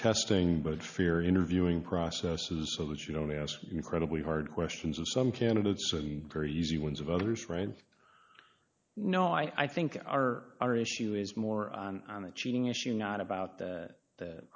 testing but fear interviewing processes so that you don't ask you credibly hard questions of some candidates and very easy ones of others right and no i think our our issue is more on the cheating issue not about the